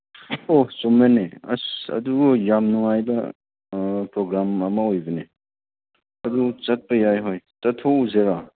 ꯑꯣ ꯆꯨꯝꯃꯤꯅꯦ ꯑꯁ ꯑꯗꯨꯕꯨ ꯌꯥꯝ ꯅꯨꯡꯉꯥꯏꯕ ꯄ꯭ꯔꯣꯒ꯭ꯔꯥꯝ ꯑꯃ ꯑꯣꯏꯕꯅꯦ ꯑꯗꯨ ꯆꯠꯄ ꯌꯥꯏ ꯍꯣꯏ ꯆꯠꯊꯣꯛꯎꯁꯤꯔꯥ